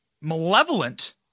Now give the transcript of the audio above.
malevolent